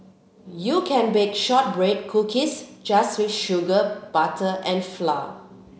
you can bake shortbread cookies just with sugar butter and flour